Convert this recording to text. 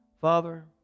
Father